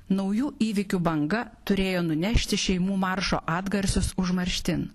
naujų įvykių banga turėjo nunešti šeimų maršo atgarsius užmarštin